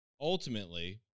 ultimately